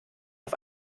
auf